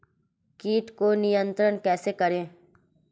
कीट को नियंत्रण कैसे करें?